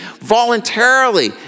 Voluntarily